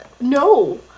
No